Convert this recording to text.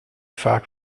vaak